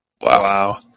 Wow